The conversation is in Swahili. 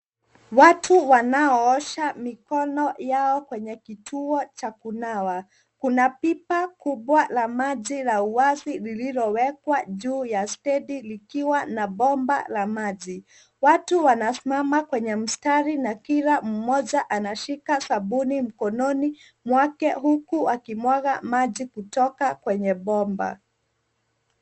Watu wanao osha mikono yao kwenye kituo cha kunawa. Kuna pipa kubwa la maji la wazi lililo wekwa juu ya stedi likiwa na bomba la maji. watu wanasimama kwenye mstari na kila mmoja anashika sabuni mkononi mwake huku akimwaga maji kutoka kwenye bomba.